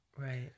Right